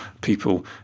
people